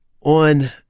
on